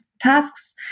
tasks